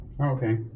Okay